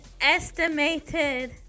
estimated